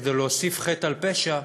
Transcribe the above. וכדי להוסיף חטא על פשע,